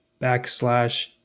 backslash